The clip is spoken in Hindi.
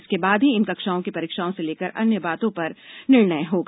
इसके बाद ही इन कक्षाओं की परीक्षाओं से लेकर अन्य बातों पर निर्णय होगा